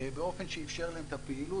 באופן שאפשר להם את הפעילות.